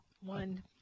One